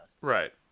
right